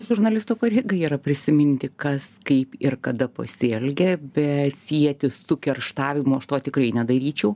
žurnalisto pareiga yra prisiminti kas kaip ir kada pasielgė be sieti su kerštavimu aš to tikrai nedaryčiau